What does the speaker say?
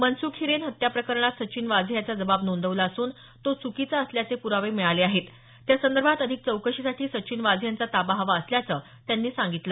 मनसुख हिरेन हत्या प्रकरणात सचिन वाझे याचा जबाब नोंदवला असून तो चुकीचा असल्याचे पुरावे मिळाले आहेत त्या संदर्भात अधिक चौकशीसाठी सचिन वाझे यांचा ताबा हवा असल्याचं त्यांनी सांगितलं